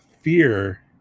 fear